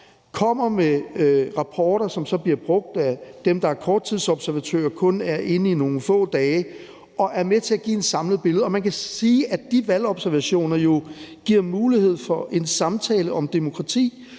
kommer med rapporter, som så bliver brugt af dem, der er korttidsobservatører og kun er inde i nogle få dage og er med til at give et samlet billede. Man kan sige, at de valgobservationer jo giver mulighed for en samtale om demokrati,